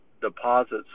deposits